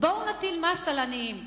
בואו נטיל מס על העניים,